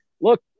look